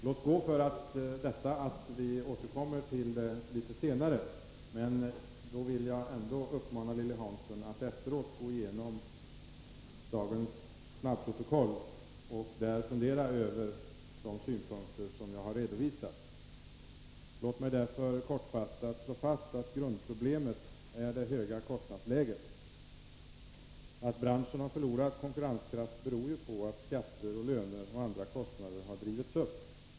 Låt gå för att vi kan återkomma till detta litet senare, men då vill jag uppmana Lilly Hansson att efter debatten gå igenom dagens snabbprotokoll och fundera över de synpunkter som jag har redovisat. Låt mig därför kortfattat slå fast att grundproblemet är det höga kostnadsläget. Att branschen har förlorat konkurrenskraft beror på att skatter, löner och andra kostnader har drivits upp.